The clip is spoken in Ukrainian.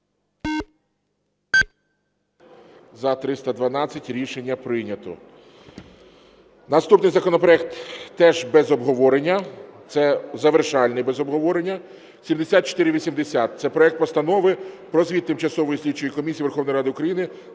За-312 Рішення прийнято. Наступний законопроект, теж без обговорення, це завершальний без обговорення. 7480 – це проект Постанови про звіт Тимчасової слідчої комісії Верховної Ради України